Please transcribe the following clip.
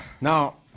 Now